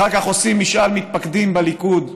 אחר כך עושים משאל מתפקדים בליכוד,